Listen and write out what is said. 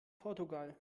portugal